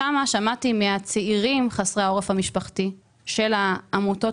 שם שמעתי מהצעירים חסרי העורף המשפחתי של העמותות